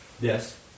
Yes